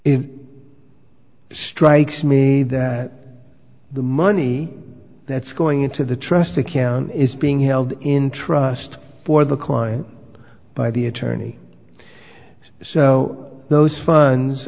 it strikes me that the money that's going into the trust account is being held in trust for the client by the attorney so those funds